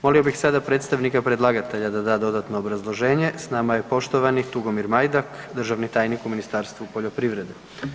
Molio bih sada predstavnika predlagatelja da da dodatno obrazloženje, s nama je poštovani Tugomir Majdak, državni tajnik u Ministarstvu poljoprivrede.